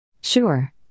Sure